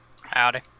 Howdy